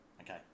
okay